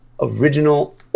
original